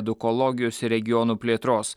edukologijos ir regionų plėtros